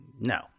No